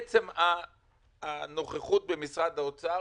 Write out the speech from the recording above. עצם הנוכחות במשרד האוצר,